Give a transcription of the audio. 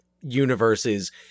universes